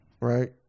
right